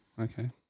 Okay